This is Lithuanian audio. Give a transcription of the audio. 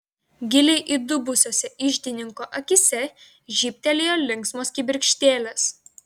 giliai įdubusiose iždininko akyse žybtelėjo linksmos kibirkštėlės